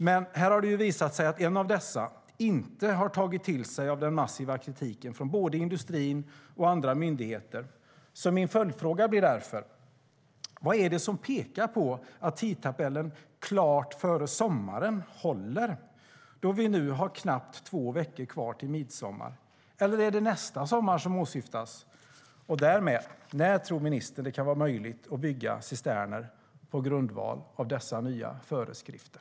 Men här har det visat sig att en av dessa inte har tagit till sig av den massiva kritiken från både industrin och andra myndigheter. Min följdfråga blir därför: Vad är det som pekar på att tidtabellen - klart före sommaren - håller, då det nu är knappt två veckor kvar till midsommar? Eller är det nästa sommar som åsyftas? När tror ministern att det kan vara möjligt att bygga cisterner på grundval av dessa nya föreskrifter?